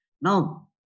Now